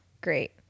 great